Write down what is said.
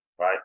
Right